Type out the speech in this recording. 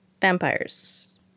vampires